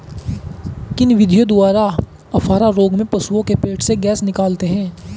किन विधियों द्वारा अफारा रोग में पशुओं के पेट से गैस निकालते हैं?